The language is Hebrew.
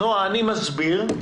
נועה, אני אסביר,